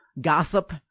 gossip